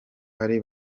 ari